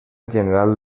general